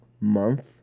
Month